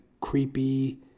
creepy